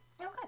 Okay